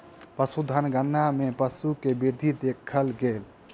पशुधन गणना मे पशु के वृद्धि देखल गेल